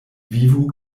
vivu